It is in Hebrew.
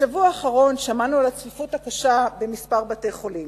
בשבוע האחרון שמענו על הצפיפות הקשה בכמה בתי-חולים.